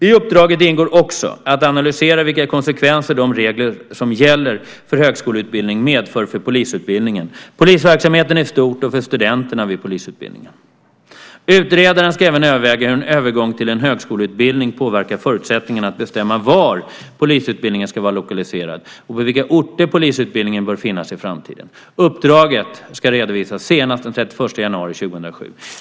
I uppdraget ingår också att analysera vilka konsekvenser de regler som gäller för högskoleutbildning medför för polisutbildningen, polisverksamheten i stort och för studenterna vid polisutbildningen. Utredaren ska även överväga hur en övergång till en högskoleutbildning påverkar förutsättningarna att bestämma var polisutbildningen ska vara lokaliserad och på vilka orter polisutbildningen bör finnas i framtiden. Uppdraget ska redovisas senast den 31 januari 2007.